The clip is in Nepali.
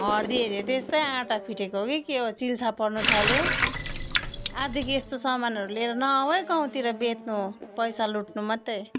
हर्दी हेऱ्यो त्यस्तै आँटा फिटेको हो कि के हो चिल्सा पर्न थाल्यो अबदेखि यस्तो सामानहरू लिएर नआउ है गाउँतिर बेच्नु पैसा लुट्नु मात्रै